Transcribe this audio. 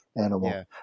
animal